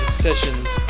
sessions